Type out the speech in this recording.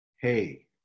hey